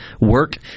work